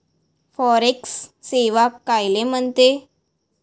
Forex सेवा कायले म्हनते?